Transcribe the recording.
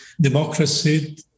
democracy